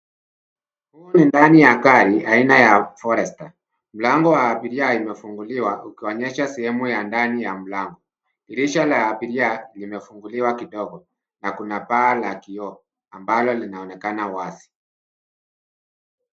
Huu ni ndani ya gari aina ya Forester ,mlango wa abiria imefunguliwa ikionyesha sehemu ya ndani ya mlango, dirisha la abiria imefunguliwa kidogo na Kuna paa ya kioo ambalo linaonekana wasi